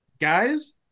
Guys